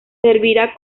servirá